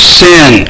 sin